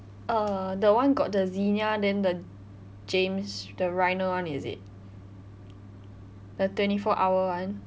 uh the one got the zenya than the james the rhino one is it the twenty four hour one